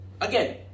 again